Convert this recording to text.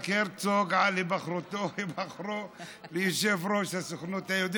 הרצוג על היבחרו ליושב-ראש הסוכנות היהודית.